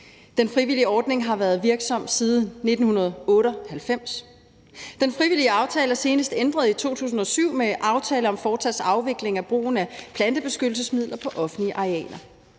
Den frivillige ordning har været virksom siden 1998. Den frivillige aftale er senest ændret i 2007 med aftale om forslag til afvikling af brugen af plantebeskyttelsesmidler på offentlige arealer.